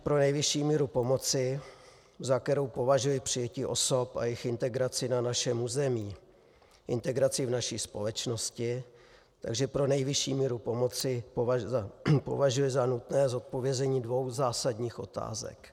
Pro nejvyšší míru pomoci, za kterou považuji přijetí osob a jejich integraci na našem území, integraci v naší společnosti, takže pro nejvyšší míru pomoci považuji za nutné zodpovězení dvou zásadních otázek.